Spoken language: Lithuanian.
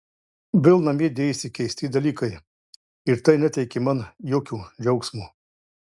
vėl namie dėjosi keisti dalykai ir tai neteikė man jokio džiaugsmo